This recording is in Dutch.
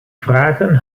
vragen